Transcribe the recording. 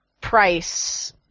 price